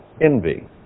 Envy